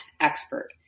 expert